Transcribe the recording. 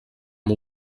amb